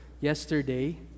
yesterday